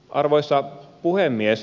arvoisa puhemies